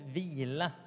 vila